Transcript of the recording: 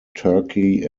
turkey